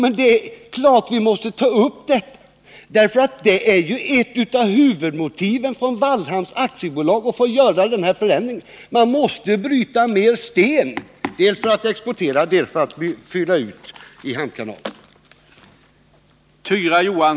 Men det är klart att vi måste ta upp dem nu, för det är ju ett av huvudmotiven för Wallhamn AB att göra denna förändring. Man måste bryta mer sten, dels för att exportera, dels för att fylla ut hamnkanalen.